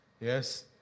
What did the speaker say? yes